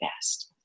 best